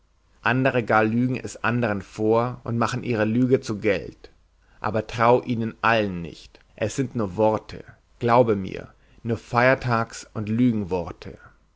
andere gar lügen es anderen vor und machen ihre lüge zu geld aber trau ihnen allen nicht es sind nur worte glaube mir nur feiertags und